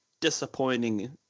disappointing